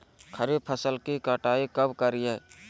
खरीफ फसल की कटाई कब करिये?